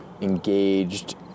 engaged